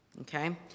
okay